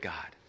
God